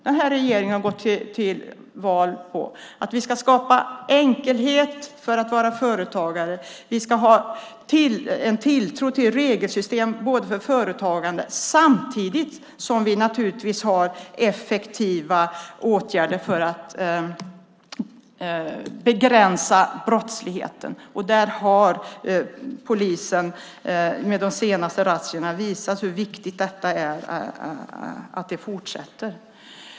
Den här regeringen har gått till val på att vi ska skapa enkelhet för våra företagare och att det ska finnas en tilltro till regelsystem för företagare. Samtidigt ska vi naturligtvis vidta effektiva åtgärder för att begränsa brottsligheten. Där har polisen med de senaste razziorna visat hur viktigt det är att de fortsätter.